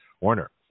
Warner